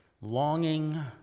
longing